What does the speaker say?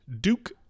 Duke